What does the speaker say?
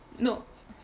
no